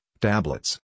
tablets